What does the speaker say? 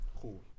Cool